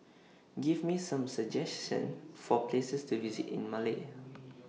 Give Me Some suggestions For Places to visit in Male